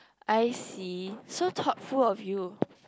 I see so thoughtful of you